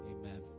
Amen